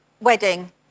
wedding